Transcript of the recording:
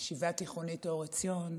הישיבה התיכונית אור עציון.